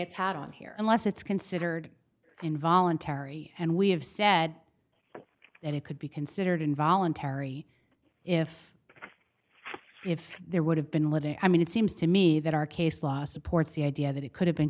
it's had on here unless it's considered involuntary and we have said that it could be considered involuntary if if there would have been looting i mean it seems to me that our case law supports the idea that it could have been